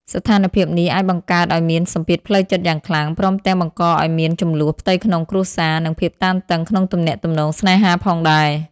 ស្ថានភាពនេះអាចបង្កើតឲ្យមានសម្ពាធផ្លូវចិត្តយ៉ាងខ្លាំង ព្រមទាំងបង្កឲ្យមានជម្លោះផ្ទៃក្នុងគ្រួសារ និងភាពតានតឹងក្នុងទំនាក់ទំនងស្នេហាផងដែរ។